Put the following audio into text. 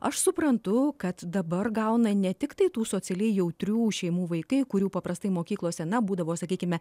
aš suprantu kad dabar gauna ne tiktai tų socialiai jautrių šeimų vaikai kurių paprastai mokyklose na būdavo sakykime